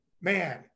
man